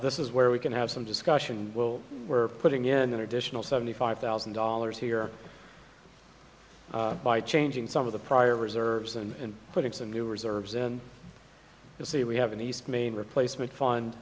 this is where we can have some discussion we'll we're putting in an additional seventy five thousand dollars here by changing some of the prior reserves and putting some new reserves in you see we have a nice main replacement f